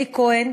אלי כהן,